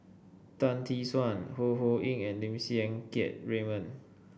Tan Tee Suan Ho Ho Ying and Lim Siang Keat Raymond